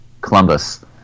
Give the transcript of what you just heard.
Columbus